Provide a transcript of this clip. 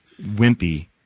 Wimpy –